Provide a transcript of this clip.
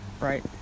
right